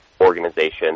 organization